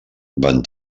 van